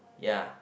ya